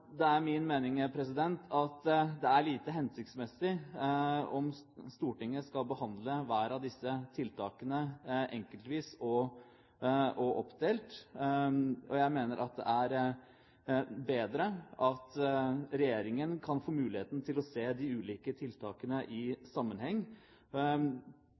Det er min mening at det er lite hensiktsmessig om Stortinget skal behandle hvert av disse tiltakene enkeltvis og oppdelt. Jeg mener det er bedre at regjeringen kan få muligheten til å se de ulike tiltakene